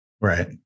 Right